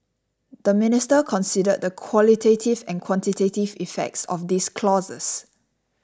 the Minister considered the qualitative and quantitative effects of these clauses